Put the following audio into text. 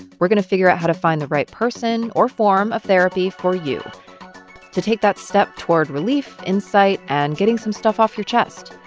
we're going to figure out how to find the right person or form of therapy for you to take that step toward relief, insight and getting some stuff off your chest.